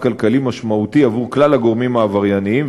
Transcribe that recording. כלכלי משמעותי עבור כלל הגורמים העברייניים,